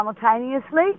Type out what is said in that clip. simultaneously